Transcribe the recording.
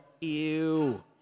ew